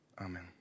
Amen